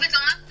זה